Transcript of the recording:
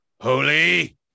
holy